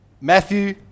Matthew